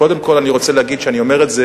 קודם כול אני רוצה להגיד שאני אומר את זה